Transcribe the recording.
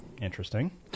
interesting